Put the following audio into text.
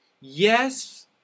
Yes